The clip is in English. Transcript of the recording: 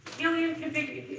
helium configuration?